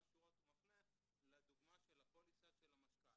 שורות לדוגמה של הפוליסה של המשכ"ל.